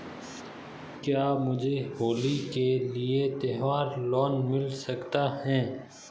क्या मुझे होली के लिए त्यौहार लोंन मिल सकता है?